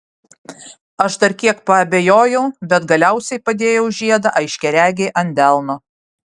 aš dar kiek paabejojau bet galiausiai padėjau žiedą aiškiaregei ant delno